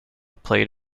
played